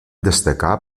destacar